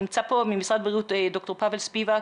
נמצא פה ממשרד הבריאות ד"ר פבל ספיבק.